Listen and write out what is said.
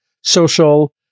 social